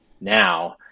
now